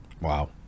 Wow